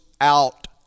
out